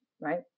right